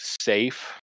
safe